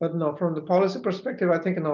but and from the policy perspective, i think and